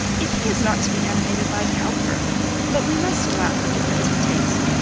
if he is not to be animated by cowper but we must allow for difference of taste.